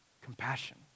Compassion